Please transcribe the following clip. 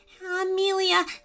Amelia